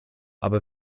aber